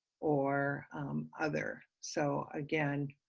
or other, so again,